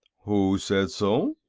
who said so?